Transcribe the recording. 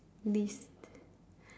list